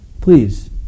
please